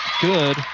good